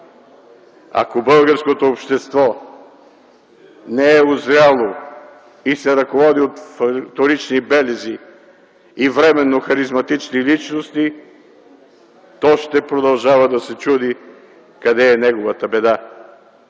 Ако българското общество не е узряло и се ръководи от вторични белези и временно харизматични личности, то ще продължава да се чуди къде е неговата беда.